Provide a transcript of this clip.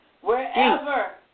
wherever